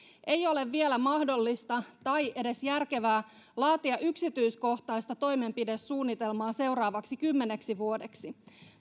ei ole vielä mahdollista tai edes järkevää laatia yksityiskohtaista toimenpidesuunnitelmaa seuraavaksi kymmeneksi vuodeksi